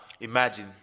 Imagine